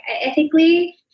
ethically